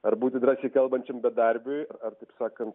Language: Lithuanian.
ar būti drąsiai kalbančiam bedarbiui ar taip sakant